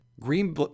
Green